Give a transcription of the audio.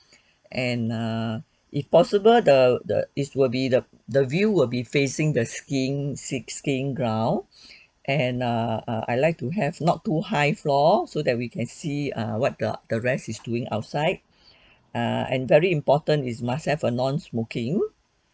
and err if possible the the is will be the the view will be facing the skiing ski~ skiing ground and err uh I like to have not too high floor so that we can see uh what got the rest is doing outside uh and very important is must have a non smoking